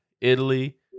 Italy